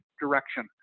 direction